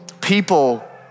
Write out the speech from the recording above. people